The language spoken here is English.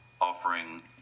offering